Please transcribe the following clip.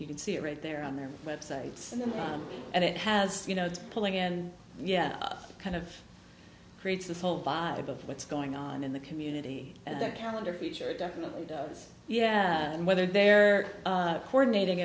you can see it right there on their websites and it has you know it's pulling and yeah kind of creates this whole vibe of what's going on in the community and the calendar feature it definitely does yeah and whether they're coordinating